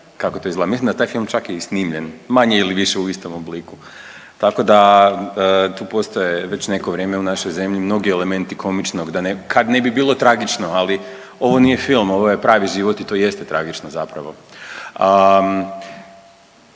kako to izgleda. Mislim da taj film je čak i smisljen, manje ili više u istom obliku, tako da tu postoje već neko vrijeme u našoj zemlji mnogi elementi komičnog, da ne, kad ne bi bilo tragično, ali ovo nije film, ovo je pravi život i to jeste tragično zapravo.